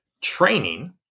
Training